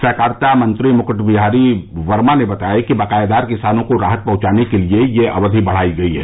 सहकारिता मंत्री मुकुट बिहारी वर्मा ने बताया कि बकायेदार किसानों को राहत पहुंचाने के लिये यह अवधि बढ़ाई गई है